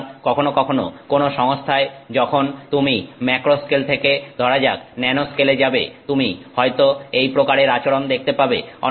সুতরাং কখনো কখনো কোনো সংস্থায় যখন তুমি ম্যাক্রো স্কেল থেকে ধরা যাক ন্যানো স্কেলে যাবে তুমি হয়তো এই প্রকারের আচরণ দেখতে পাবে